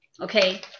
Okay